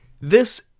this-